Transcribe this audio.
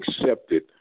accepted